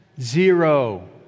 Zero